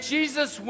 Jesus